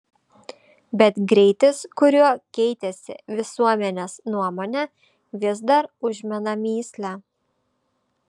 bet greitis kuriuo keitėsi visuomenės nuomonė vis dar užmena mįslę